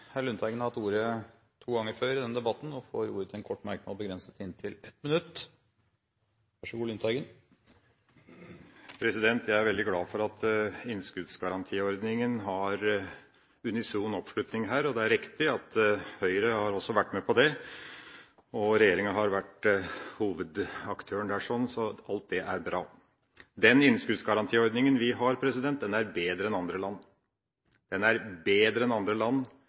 har et sikkert og trygt finanssystem. Representanten Per Olaf Lundteigen har hatt ordet to ganger tidligere og får ordet til en kort merknad, begrenset til 1 minutt. Jeg er veldig glad for at innskuddsgarantiordninga har unison oppslutning her. Det er riktig at Høyre også har vært med på det. Regjeringa har vært hovedaktøren der, så alt det er bra. Den innskuddsgarantiordninga vi har, er bedre enn andre lands, og det er noe å være stolt av. Når en har noe som er bedre enn andre land,